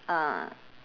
uh